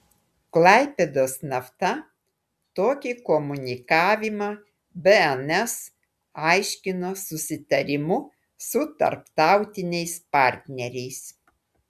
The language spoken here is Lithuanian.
klaipėdos nafta tokį komunikavimą bns aiškino susitarimu su tarptautiniais partneriais